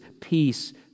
peace